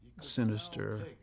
sinister